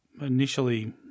initially